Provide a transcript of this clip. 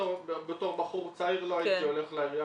בתור בחור צעיר לא הייתי הולך לעירייה